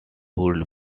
would